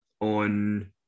on